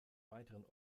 weiteren